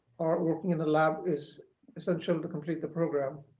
or working in the lab is essential to complete the program.